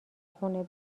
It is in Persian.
خونه